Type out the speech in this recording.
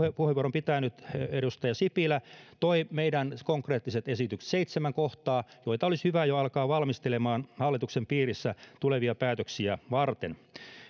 pitänyt edustaja sipilä toi meidän konkreettiset esityksemme seitsemän kohtaa joita olisi hyvä jo alkaa valmistelemaan hallituksen piirissä tulevia päätöksiä varten